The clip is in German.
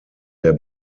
der